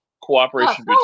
cooperation